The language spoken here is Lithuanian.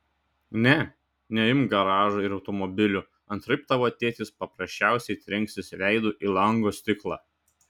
ne neimk garažo ir automobilių antraip tavo tėtis paprasčiausiai trenksis veidu į lango stiklą